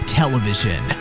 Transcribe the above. television